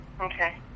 Okay